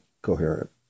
coherent